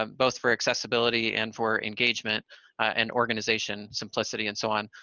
um both for accessibility and for engagement and organization, simplicity, and so on.